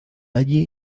allí